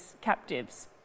captives